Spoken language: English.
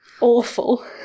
Awful